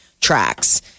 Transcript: tracks